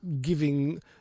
giving